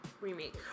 Remake